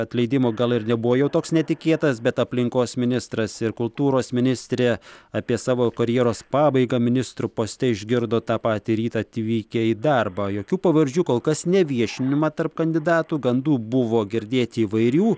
atleidimo gal ir nebuvo jau toks netikėtas bet aplinkos ministras ir kultūros ministrė apie savo karjeros pabaigą ministrų poste išgirdo tą patį rytą atvykę į darbą jokių pavardžių kol kas neviešinima tarp kandidatų gandų buvo girdėti įvairių